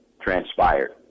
transpired